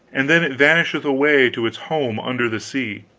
and then it vanisheth away to its home under the sea.